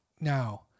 now